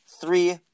three